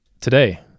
today